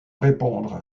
répondre